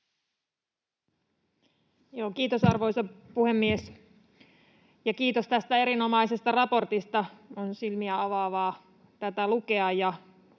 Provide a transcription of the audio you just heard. Kiitos, arvoisa puhemies! Kiitos tästä erinomaisesta raportista. On silmiä avaavaa tätä lukea,